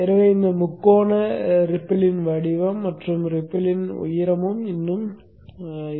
எனவே இந்த முக்கோண ரிப்பில் யின் வடிவம் மற்றும் ரிப்பில் யின் உயரமும் இன்னும் இருக்கும்